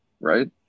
right